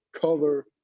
color